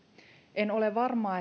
en ole varma